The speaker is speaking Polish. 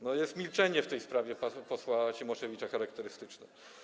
No, jest milczenie w tej sprawie posła Cimoszewicza charakterystyczne.